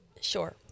Sure